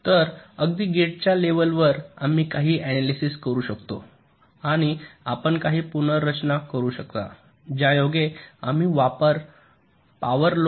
तर अगदी गेटच्या लेव्हलवर आम्ही काही अनॅलिसिस करू शकतो आणि आपण काही पुनर्रचना करू शकता ज्यायोगे आम्ही पॉवर वापर लो करू शकतो